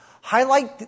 Highlight